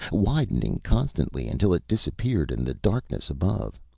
widening constantly, until it disappeared in the darkness above.